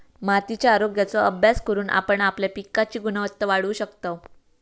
मातीच्या आरोग्याचो अभ्यास करून आपण आपल्या पिकांची गुणवत्ता वाढवू शकतव